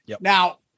now